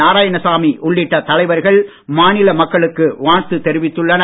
நாராயணசாமி உள்ளிட்ட தலைவர்கள் மாநில மக்களுக்கு வாழ்த்து தெரிவித்துள்ளனர்